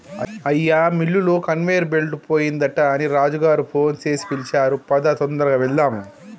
అయ్యా మిల్లులో conveyor belt పోయిందట అని రాజు గారు ఫోన్ సేసి పిలిచారు పదా తొందరగా వెళ్దాము